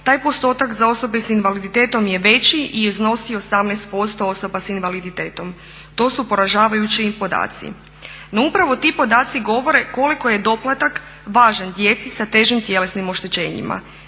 taj postotak za osobe sa invaliditetom je veći i iznosi 18% osoba sa invaliditetom. To su poražavajući podaci. No, upravo ti podaci govore koliko je doplatak važan djeci sa težim tjelesnim oštećenjima.